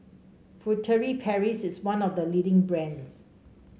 Furtere Paris is one of the leading brands